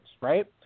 right